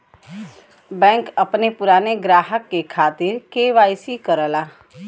bank अपने पुराने ग्राहक के खातिर के.वाई.सी करला